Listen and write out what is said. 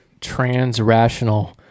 transrational